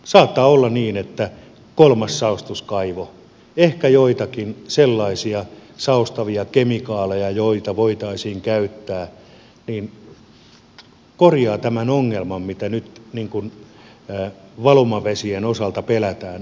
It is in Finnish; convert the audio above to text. saattaa olla niin että kolmas saostuskaivo ehkä jotkut sellaiset saostavat kemikaalit joita voitaisiin käyttää korjaavat tämän ongelman mitä nyt valumavesien osalta pelätään olevan